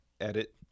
Edit